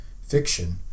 fiction